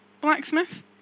blacksmith